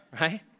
Right